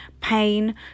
pain